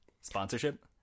Sponsorship